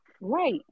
Right